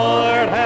Lord